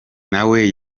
nawe